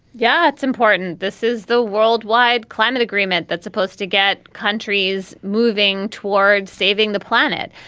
yeah it's important this is the worldwide climate agreement that's supposed to get countries moving towards saving the planet.